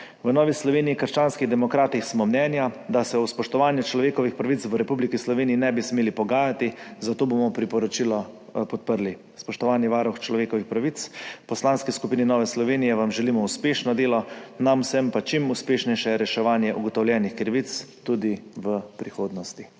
V Novi Sloveniji – krščanskih demokratih smo mnenja, da se o spoštovanju človekovih pravic v Republiki Sloveniji ne bi smeli pogajati, zato bomo priporočilo podprli. Spoštovani varuh človekovih pravic! V Poslanski skupini Nova Slovenija vam želimo uspešno delo, nam vsem pa čim uspešnejše reševanje ugotovljenih krivic tudi v prihodnosti.